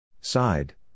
side